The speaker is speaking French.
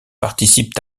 participent